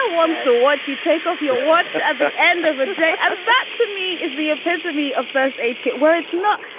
ah wants to watch you take off your watch at the end of the and day. that to me is the epitome of first aid kit where it's not.